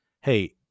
hey